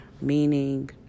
meaning